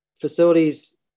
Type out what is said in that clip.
facilities